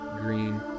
green